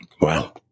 Wow